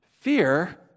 Fear